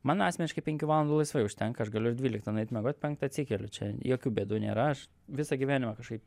man asmeniškai penkių valandų laisvai užtenka aš galiu ir dvyliktą nueit miegot penktą atsikeliu čia jokių bėdų nėra aš visą gyvenimą kažkai